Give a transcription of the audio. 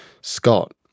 Scott